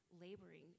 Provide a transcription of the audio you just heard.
laboring